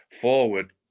forward